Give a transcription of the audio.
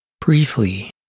Briefly